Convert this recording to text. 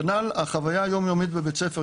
כנ"ל החוויה היומיומית בבית הספר,